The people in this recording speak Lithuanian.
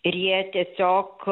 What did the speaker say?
ir jie tiesiog